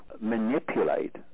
manipulate